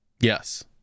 Yes